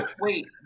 Wait